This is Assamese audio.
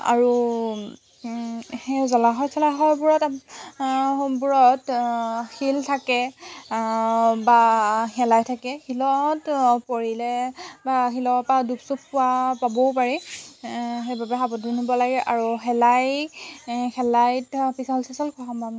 আৰু সেই জলাশয় চলাশয়বোৰত বোৰত শিল থাকে বা শেলাই থাকে শিলত পৰিলে বা শিলৰ পৰা দুখ চোখ পোৱা পাবও পাৰে সেইবাবে সাৱধান হ'ব লাগে আৰু শেলাই শেলাইত পিচল চিচল খোৱাৰ মন